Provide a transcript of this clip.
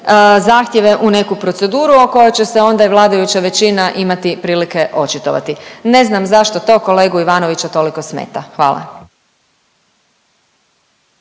zahtjeve u neku proceduru o kojoj će se onda vladajuća većina imati prilike očitovati. Ne znam zašto to kolegu Ivanovića toliko smeta. Hvala.